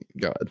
God